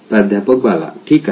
प्राध्यापक बाला ठीक आहे